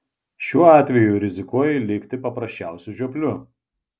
šiuo atveju rizikuoji likti paprasčiausiu žiopliu